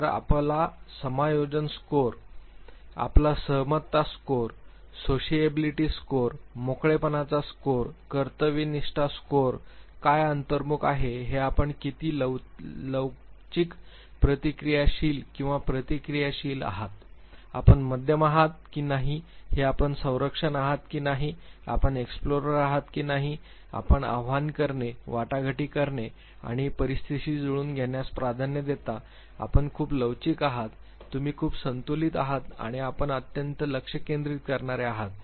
तर आपला समायोजन स्कोअर आपला सहमतता स्कोअर सोशिएबिलिटी स्कोअर मोकळेपणाचा स्कोअर कर्तव्यनिष्ठा स्कोअर काय अंतर्मुख आहे हे आपण किती लचक प्रतिक्रियाशील किंवा प्रतिक्रियाशील आहात आपण मध्यम आहात की नाही हे आपण संरक्षक आहात की नाही आपण एक्सप्लोरर आहात की नाही आपण आव्हान करणे वाटाघाटी करणे किंवा परिस्थितीशी जुळवून घेण्यास प्राधान्य देता आपण खूप लवचिक आहात तुम्ही खूप संतुलित आहात किंवा आपण अत्यंत लक्ष केंद्रित करणारे आहात